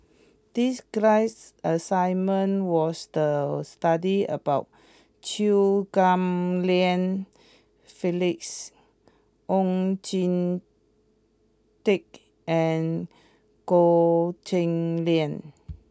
this class assignment was the study about Chew Ghim Lian Phyllis Oon Jin Teik and Goh Cheng Liang